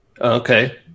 Okay